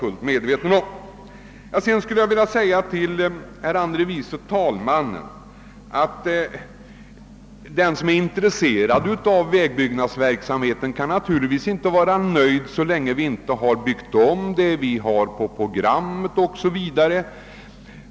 Sedan skulle jag vilja säga till herr andre vice talmannen Cassel att den som är intresserad av vägbyggnadsverksamheten naturligtvis inte kan vara nöjd så länge vi inte har genomfört de ombyggnader som står på programmet o.s.v.